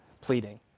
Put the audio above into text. pleading